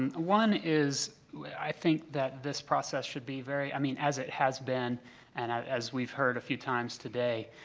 and one is i think that this process should be very i mean, as it has been and as we've heard a few times today,